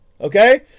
Okay